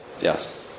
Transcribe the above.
Yes